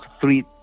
three